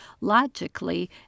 Logically